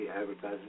advertising